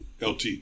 LT